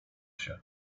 się